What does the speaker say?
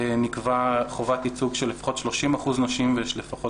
נקבעה חובת ייצוג של לפחות 30% נשים ולפחות